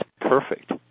perfect